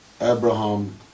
Abraham